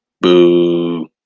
boo